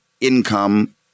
income